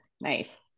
nice